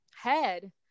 head